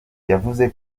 yavuze